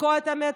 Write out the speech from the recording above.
לתקוע את המטרו.